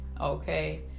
okay